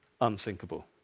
unsinkable